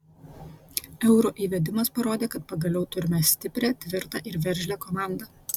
euro įvedimas parodė kad pagaliau turime stiprią tvirtą ir veržlią komandą